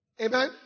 Amen